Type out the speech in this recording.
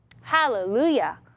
Hallelujah